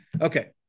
Okay